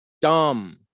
dumb